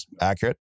accurate